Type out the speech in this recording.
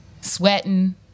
sweating